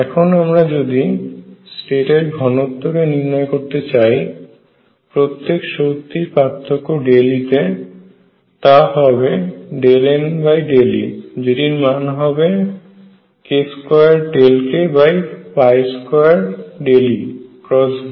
এখন আমরা যদি স্টেট এর ঘনত্ব কে নির্ণয় করতে চাই প্রত্যেক শক্তি পার্থক্যে ∆E তে তা হবে ΔNΔE যেটির মান হবে k2Δk2ΔE×V